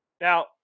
Now